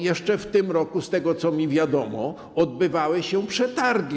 Jeszcze w tym roku, z tego, co mi wiadomo, odbywały się przetargi.